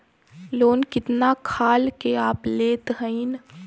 Loan कितना खाल के आप लेत हईन?